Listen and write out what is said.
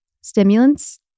stimulants